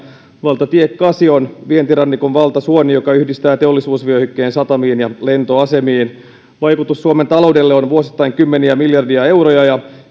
valtatie kahdeksan on vientirannikon valtasuoni joka yhdistää teollisuusvyöhykkeen satamiin ja lentoasemiin vaikutus suomen taloudelle on vuosittain kymmeniä miljardeja euroja ja